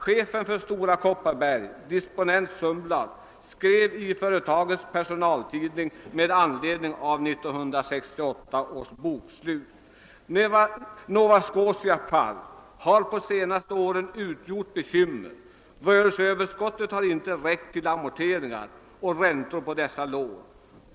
Chefen för Stora Kopparberg, disponent Sundblad, skrev i företagets personaltidning med anledning av 1968 års bokslut: »Nova Scotia Pulp har de senaste åren utgjort bekymmer. Rörelseöverskottet har inte räckt till amorteringar och räntor på dessa lån.